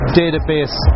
database